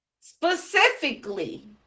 specifically